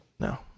no